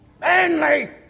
manly